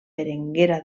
berenguera